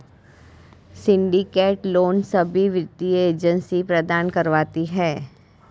syndicate loan सभी वित्तीय agency भी प्रदान करवाती है